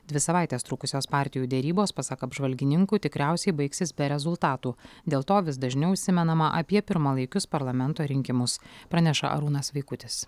dvi savaites trukusios partijų derybos pasak apžvalgininkų tikriausiai baigsis be rezultatų dėl to vis dažniau užsimenama apie pirmalaikius parlamento rinkimus praneša arūnas vaikutis